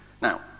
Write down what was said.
Now